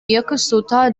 yokosuka